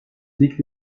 liegt